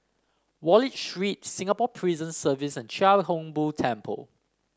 Wallich Street Singapore Prison Service and Chia Hung Boo Temple